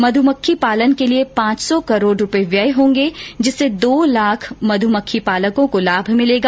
मधुमक्खी पालन के लिए पांच सौ करोड़ रूपए व्यय होंगे जिससे दो लाख मधुमक्खी पालकों को लाभ मिलेगा